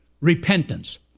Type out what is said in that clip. repentance